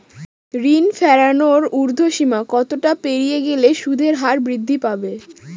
ঋণ ফেরানোর উর্ধ্বসীমা কতটা পেরিয়ে গেলে সুদের হার বৃদ্ধি পাবে?